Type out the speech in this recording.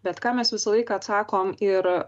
bet ką mes visą laiką atsakom ir